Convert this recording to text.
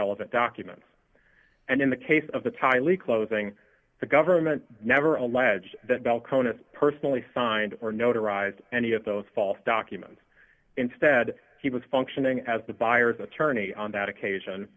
relevant documents and in the case of the tiley closing the government never allege that bell conus personally signed or notarized any of those false documents instead he was functioning as the buyer's attorney on that occasion